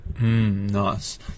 Nice